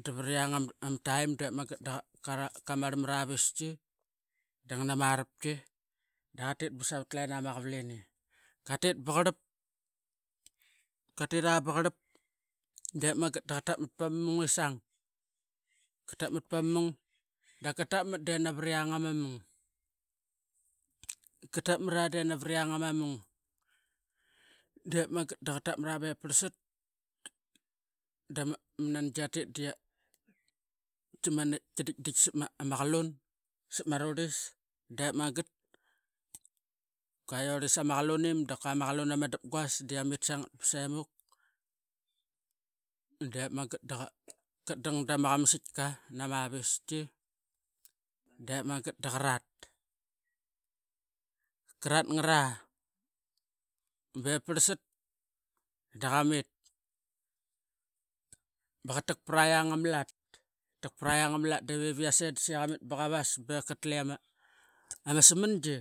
dava riang ama time dep magat daqa marl ma aviski da ngan ma arapki, daqatit basavat tena ma qavalini katit baqarlp katira ba qarlp dep magat da qa tap mat pama mungisang. Katap mat pama mung daka tapmat denavariang ama mung. Katap mara denavariang ama mung dep magat da qa tap mara be parlsat dama nangi iatit dig qiditdait tiditdit sapma qalun sapma rurlis dep magat, kua iorlis ama qalunim da kuama qalun ama dapguas dia mit sangat ba semuk dep magat da qat dang dama qama sitka nam aviski, dep magat daqarat ama nat kratngara-be parlsat da qamit baqatak prama lat katak praiang ama lat beviase dese qamit baqavas be katle ama smangi.